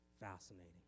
fascinating